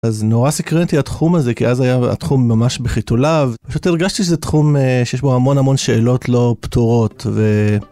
אז נורא סקרן אותי התחום הזה, כי אז היה התחום ממש בחיתוליו ופשוט הרגשתי שזה תחום שיש בו המון המון שאלות לא פתורות ו...